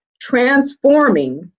transforming